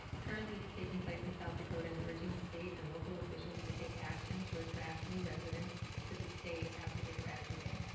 currently taking place in south dakota and urging state and local officials to take action to attract new residents to the state after they graduate